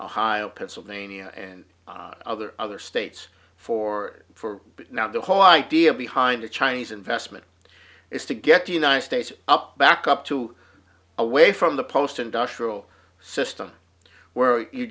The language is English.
ohio pennsylvania and other other states for for now the whole idea behind the chinese investment it's to get the united states up back up to away from the post industrial system where you